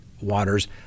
waters